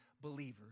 believers